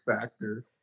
factor